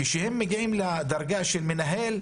כשהן מגיעות לדרגה של מנהל,